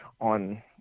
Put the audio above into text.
on –